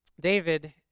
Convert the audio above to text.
David